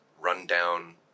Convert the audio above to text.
rundown